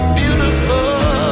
beautiful